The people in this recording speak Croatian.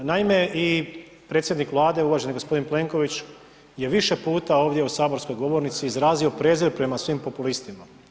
Naime, i predsjednik Vlade, uvaženi g. Plenković je više puta ovdje u saborskoj govornici izrazio prezir prema svim populistima.